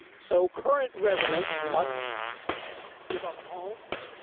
so, current residents must give up homes,